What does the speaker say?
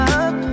up